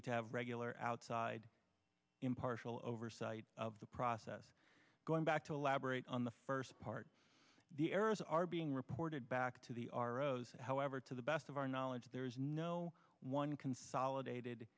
be to have regular outside impartial oversight of the process going back elaborate on the first part the errors are being reported back to the aros however to the best of our knowledge there is no one consolidated